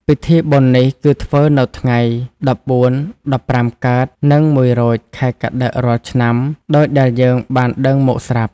ពីធីបុណ្យនេះគឺធ្វើនៅថ្ងៃ ១៤-១៥ កើត និង ១ រោច ខែកត្តិក រាល់ឆ្នាំ ដូចដែលយើងបានដឹងមកស្រាប់។